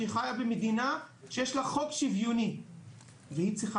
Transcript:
שהיא חיה במדינה שיש לה חוק שוויוני והיא צריכה